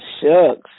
Shucks